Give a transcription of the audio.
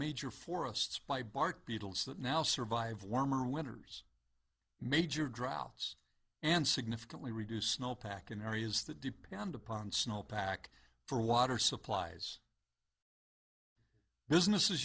major forests by bark beetles that now survive warmer winters major droughts and significantly reduce no packing areas that depend upon snow pack for water supplies business as